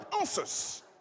answers